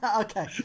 Okay